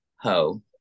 Ho